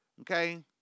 okay